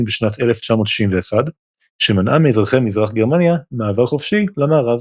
בשנת 1961 שמנעה מאזרחי מזרח גרמניה מעבר חופשי למערב.